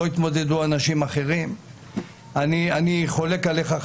לכן אני חולק עליך,